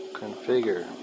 configure